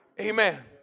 Amen